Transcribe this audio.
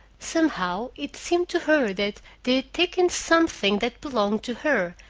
somehow it seemed to her that they had taken something that belonged to her,